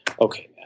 okay